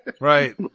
right